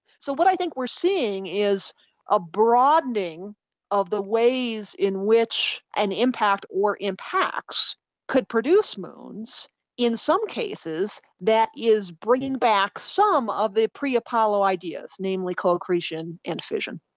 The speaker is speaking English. so what i think we're seeing is a broadening of the ways in which an impact or impacts could produce moons in some cases that is bringing back some of the pre-apollo ideas, namely co-accretion and fission.